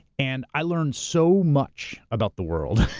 and i learned so much about the world.